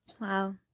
Wow